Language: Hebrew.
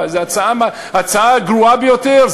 זו הצעה גרועה ביותר,